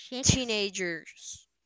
Teenagers